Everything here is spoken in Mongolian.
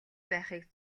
байхыг